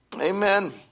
Amen